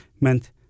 meant